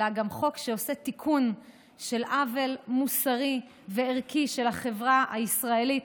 אלא גם חוק שעושה תיקון של עוול מוסרי וערכי של החברה הישראלית,